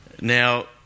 Now